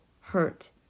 hurt